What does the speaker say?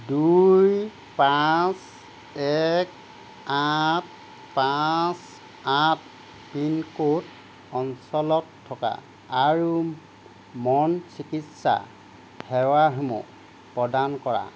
দুই পাঁচ এক আঠ পাঁচ আঠ পিন ক'ড অঞ্চলত থকা আৰু মনঃচিকিৎসা সেৱাসমূহ প্ৰদান কৰা